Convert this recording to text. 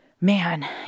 man